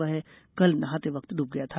वह कल नहाते वक्त डूब गया था